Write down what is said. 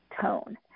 tone